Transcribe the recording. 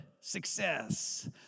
success